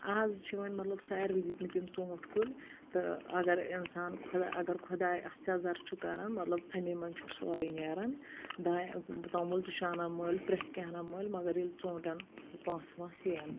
اَز چھِ وۄنۍ مطلب سارِوٕے دِتمٕتۍ یِم ژوٗنٛٹھۍ کُلۍ تہٕ اگر اِنسان خۄدا اگر خۄداے اَتھ سیٚزَر چھُ کرَان مطلب اَمے منٛز چھُ سورُے نَیٚران دا توٚمُل تہِ چھُ اَنان مٔلۍ پرؠتھ کینٛہہ انَان مٔلۍ مگر ییٚلہِ ژوٗنٛٹؠن پونٛسہٕ وونٛسہٕ یی یَن